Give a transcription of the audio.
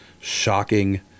shocking